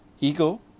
Ego